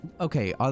okay